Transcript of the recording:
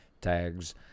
tags